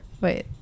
Wait